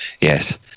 Yes